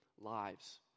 lives